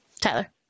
Tyler